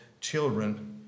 children